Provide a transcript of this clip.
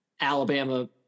Alabama